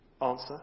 Answer